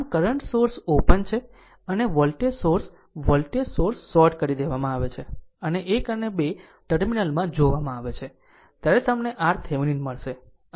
આમ current source open છે અને આ વોલ્ટેજ સોર્સ વોલ્ટેજ સ્ત્રોત શોર્ટ કરી દેવામાં આવે છે અને 1 અને 2 ટર્મિનલમાં જોવામાં આવે છે ત્યારે તમને RThevenin મળશે